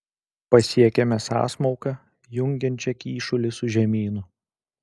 pasiekėme sąsmauką jungiančią kyšulį su žemynu